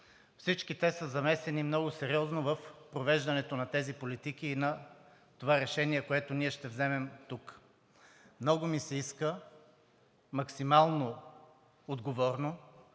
всички те са замесени много сериозно в провеждането на тези политики и на това решение, което ние ще вземем тук. Много ми се иска максимално отговорно,